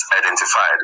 identified